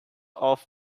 off